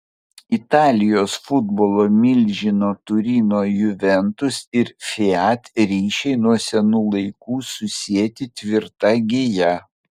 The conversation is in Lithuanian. italijos futbolo milžino turino juventus ir fiat ryšiai nuo senų laikų susieti tvirta gija